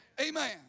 Amen